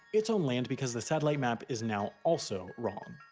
it's on land because the satellite map is now also wrong.